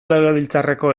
legebiltzarreko